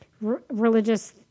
religious